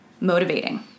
motivating